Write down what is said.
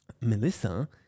Melissa